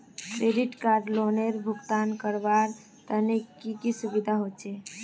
Credit card लोनेर भुगतान करवार तने की की सुविधा होचे??